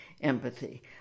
empathy